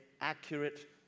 accurate